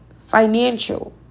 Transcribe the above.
financial